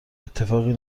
اتفاقی